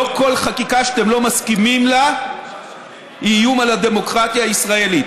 לא כל חקיקה שאתם לא מסכימים לה היא איום על הדמוקרטיה הישראלית.